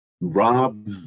Rob